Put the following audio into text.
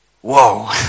Whoa